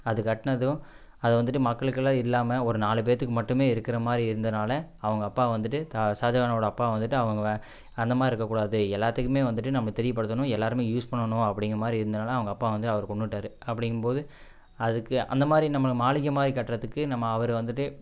அது கட்டினதும் அது வந்துட்டு மக்களுக்குலாம் இல்லாமல் ஒரு நாலு பேர்த்துக்கு மட்டுமே இருக்கிற மாதிரி இருந்தனால் அவங்க அப்பா வந்துட்டு தா ஷாஜகானோட அப்பா வந்துட்டு அவங்க வே அந்த மாதிரி இருக்கக்கூடாது எல்லாத்துக்குமே வந்துட்டு நம்ம தெரியப்படுத்துணும் எல்லாருமே யூஸ் பண்ணனும் அப்டிங்கிற மாதிரி இருந்தனால் அவங்க அப்பா வந்து அவரை கொன்னுட்டாரு அப்படிங்கும் போது அதுக்கு அந்த மாதிரி நம்மளை மாளிகை மாதிரி கட்டுறதுக்கு நம்ம அவரை வந்துட்டு